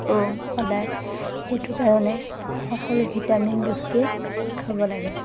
সদায় সেইটো কাৰণে সকলো ভিটামিন বস্তুৱেই খাব লাগে